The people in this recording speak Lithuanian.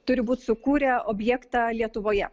turi būt sukūrę objektą lietuvoje